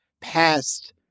past